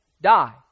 die